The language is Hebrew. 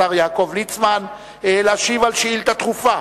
השר יעקב ליצמן, להשיב על שאילתא דחופה